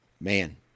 man